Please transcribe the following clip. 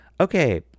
okay